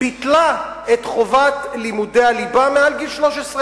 ביטלה את חובת לימודי הליבה מעל גיל 13,